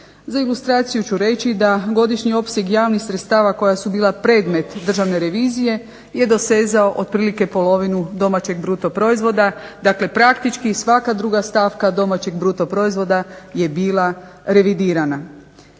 Za ilustraciju ću reći da godišnji opseg javnih sredstava koja su bila predmet državne revizije je dosezao otprilike polovinu domaćeg bruto proizvoda, dakle praktički svaka druga stavka domaćeg bruto proizvoda je bila revidirana.